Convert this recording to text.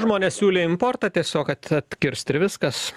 žmonės siūlė importą tiesiog kad atkirst ir viskas